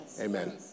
Amen